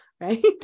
right